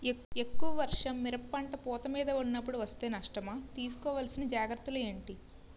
ఎక్కువ వర్షం మిరప పంట పూత మీద వున్నపుడు వేస్తే నష్టమా? తీస్కో వలసిన జాగ్రత్తలు ఏంటి?